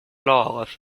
laws